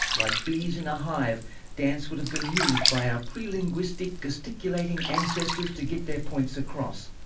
like bees in a hive dance would have been used by our pre-linguistic, gesticulating ancestors to get their points across.